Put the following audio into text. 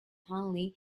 hanley